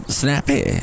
snappy